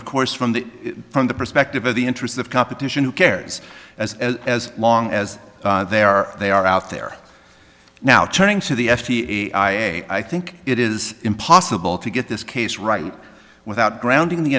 of course from the from the perspective of the interest of competition who cares as as long as there are they are out there now turning to the f d a i a i think it is impossible to get this case right without grounding the